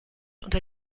unter